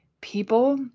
people